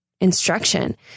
instruction